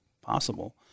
possible